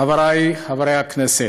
חברי חברי הכנסת,